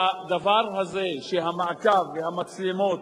זה לא הזמנה לכל אחד שיציב מצלמה,